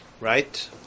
right